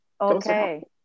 Okay